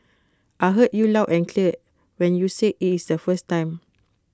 I heard you loud and clear when you said IT is the first time